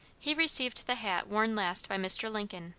he received the hat worn last by mr. lincoln,